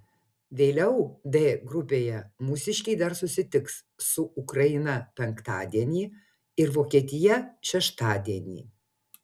vėliau d grupėje mūsiškiai dar susitiks su ukraina penktadienį ir vokietija šeštadienį